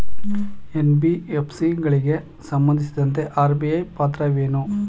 NBFC ಗಳಿಗೆ ಸಂಬಂಧಿಸಿದಂತೆ RBI ಪಾತ್ರವೇನು?